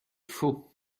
faux